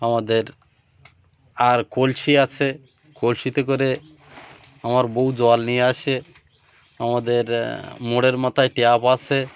আমাদের আর কলসি আসে কলসিতে করে আমার বউ জল নিয়ে আসে আমাদের মোড়ের মাথায় ট্যাপ আসে